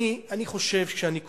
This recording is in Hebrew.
אגב, אני גם רוצה להעיר